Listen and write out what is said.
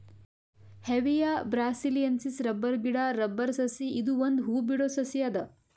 Hevea ಬ್ರಾಸಿಲಿಯೆನ್ಸಿಸ್ rubber ಗಿಡಾ rubber ಸಸಿ ಇದು ಒಂದ್ ಹೂ ಬಿಡೋ ಸಸಿ ಅದ